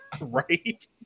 right